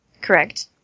Correct